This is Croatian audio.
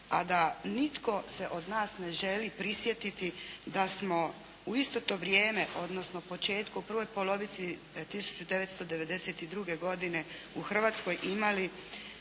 a da nitko se od nas ne želi prisjetiti da smo u isto to vrijeme odnosno početkom, u prvoj polovici 1992. godine u Hrvatskoj imali